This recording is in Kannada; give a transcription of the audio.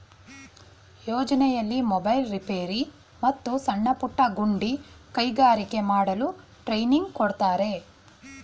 ಯೋಜನೆಯಲ್ಲಿ ಮೊಬೈಲ್ ರಿಪೇರಿ, ಮತ್ತು ಸಣ್ಣಪುಟ್ಟ ಗುಡಿ ಕೈಗಾರಿಕೆ ಮಾಡಲು ಟ್ರೈನಿಂಗ್ ಕೊಡ್ತಾರೆ